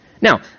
Now